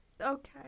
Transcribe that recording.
okay